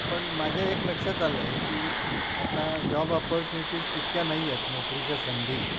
पण माझ्या एक लक्षात आलं आहे की आता जॉब ऑपॉर्च्युनिटीज तितक्या नाही आहेत नोकरीच्या संधी